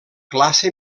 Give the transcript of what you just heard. classe